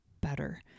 better